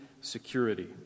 security